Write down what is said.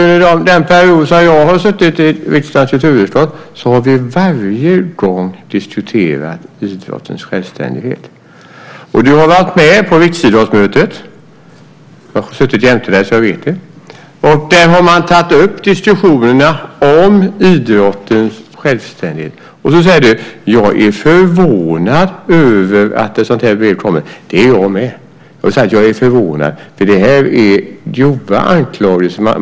Under den period som jag har suttit i riksdagens kulturutskott har vi varje år diskuterat idrottens självständighet. Du har varit med på riksidrottsmötet - jag satt jämte dig, så det vet jag - och där har man också tagit upp diskussionerna om idrottens självständighet. Och så säger du: Jag är förvånad över att ett sådant här brev kommer. Det är jag med. Jag är förvånad, för detta är grova anklagelser.